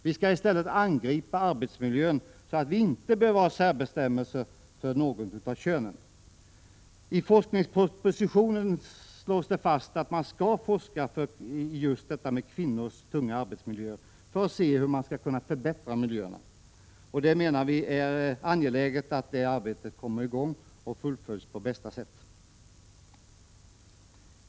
Vi skall i stället angripa arbetsmiljön så att vi inte behöver ha särbestämmelser för något av könen. I forskningspropositionen slås det fast att man skall forska just om kvinnors tunga arbetsmiljöer för att se hur man skall kunna förbättra miljön. Vi menar att det är angeläget att det arbetet kommer i gång och fullföljs på bästa sätt.